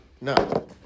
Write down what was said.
No